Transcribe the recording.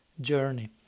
journey